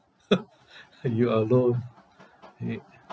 you are alone